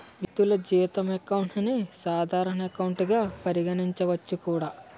వ్యక్తులు జీతం అకౌంట్ ని సాధారణ ఎకౌంట్ గా పరిగణించవచ్చు కూడా